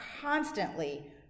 constantly